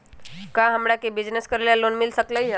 का हमरा के बिजनेस करेला लोन मिल सकलई ह?